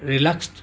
relax